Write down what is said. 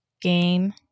game